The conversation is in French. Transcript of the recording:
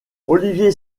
oliver